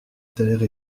terre